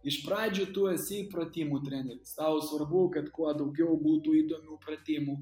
iš pradžių tu esi pratimų treneris tau svarbu kad kuo daugiau būtų įdomių pratimų